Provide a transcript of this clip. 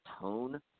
tone